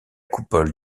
coupole